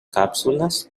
cápsulas